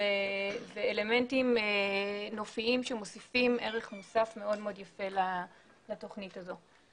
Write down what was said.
ואלמנטים נופיים שמוסיפים ערך מוסף מאוד מאוד יפה לתכנית הזאת.